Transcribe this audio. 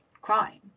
crime